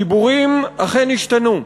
הדיבורים אכן השתנו,